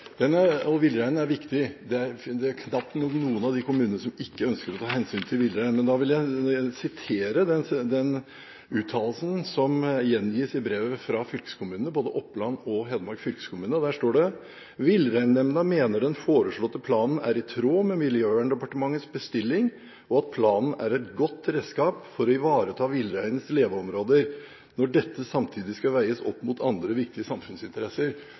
Villreinen er viktig. Det er knapt noen av disse kommunene som ikke ønsker å ta hensyn til villreinen. Jeg vil sitere den uttalelsen som gjengis i brevet fra fylkeskommunene – både Oppland og Hedmark fylkeskommuner: «Villreinnemnda mener den foreslåtte planen er i tråd med Miljøverndepartementets bestilling og at planen er et godt redskap for å ivareta villreinens leveområder når dette samtidig skal veies opp mot andre viktige samfunnsinteresser.»